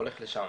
הולך לשם.